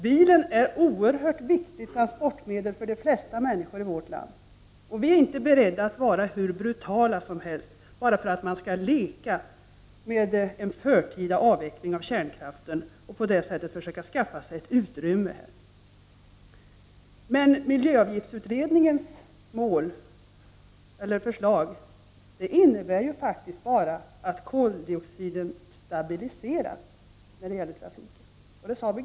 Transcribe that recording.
Bilen är ett oerhört viktigt transportmedel för de flesta människor i vårt land, och vi är inte beredda att vara hur brutala som helst, bara för att man skall leka med den förtida avvecklingen av kärnkraften och på det sättet försöka skaffa sig ett utrymme. Miljöavgiftsutredningens förslag innebär ju faktiskt bara att koldioxidutsläppen från trafiken stabiliseras. Det sade också Birgitta Dahl.